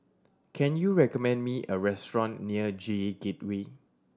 can you recommend me a restaurant near J Gateway